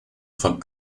von